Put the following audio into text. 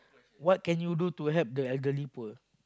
what can you do to help the elderly poor